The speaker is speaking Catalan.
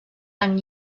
amb